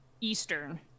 Eastern